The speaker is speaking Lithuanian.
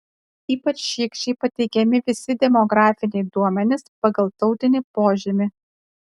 ypač šykščiai pateikiami visi demografiniai duomenys pagal tautinį požymį